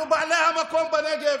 אנחנו בעלי המקום בנגב.